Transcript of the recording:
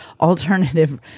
alternative